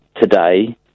today